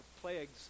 plagues